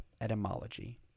etymology